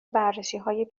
بررسیهای